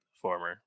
former